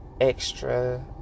extra